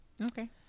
okay